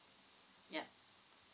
yup